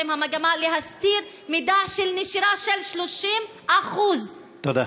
עם המגמה להסתיר מידע של נשירה של 30%. תודה.